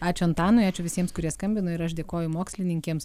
ačiū antanui ačiū visiems kurie skambino ir aš dėkoju mokslininkėms